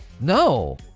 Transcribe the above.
no